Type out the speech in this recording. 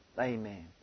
Amen